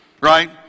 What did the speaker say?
right